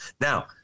Now